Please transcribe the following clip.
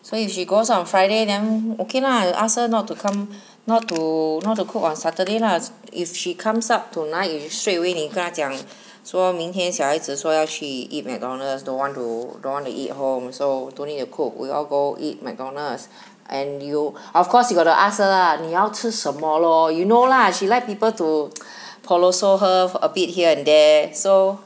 so if she goes up on friday then okay lah you ask her not to come not to not to cook on saturday lah if she comes up tonight you straight away 你跟她讲说明天小孩子说要去 eat McDonald's don't want to don't want to eat at home so don't need to cook we all go eat McDonald's and yup of course you got to ask her ah 你要吃什么 lor you know lah she like people to her a bit here and there so